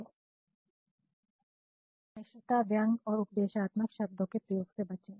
घनिष्ठता व्यंग और उपदेशात्मक शब्दों के प्रयोग से बचें